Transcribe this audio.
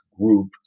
group